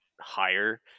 higher